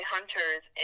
Hunters